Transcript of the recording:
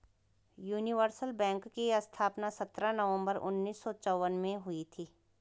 universal bank की स्थापना सत्रह नवंबर उन्नीस सौ चौवन में हुई थी